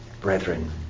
brethren